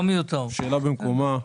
שאלה במקומה.